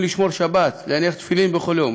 לשמור שבת ולהניח תפילין בכל יום,